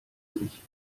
sich